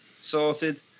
sorted